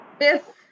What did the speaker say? fifth